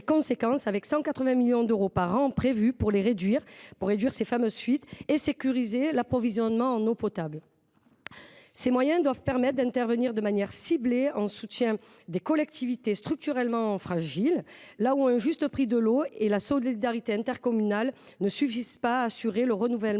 avec 180 millions d’euros par an prévus pour réduire les fuites et sécuriser l’approvisionnement en eau potable. Ces moyens doivent permettre d’intervenir de manière ciblée en soutien des collectivités structurellement fragiles, là où un juste prix de l’eau et la solidarité intercommunale ne suffisent pas à assurer le renouvellement